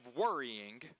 worrying